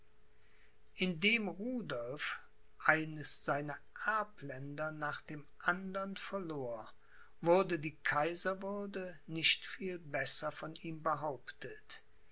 eines seiner erbländer nach dem andern verlor wurde die kaiserwürde nicht viel besser von ihm behauptet